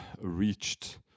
reached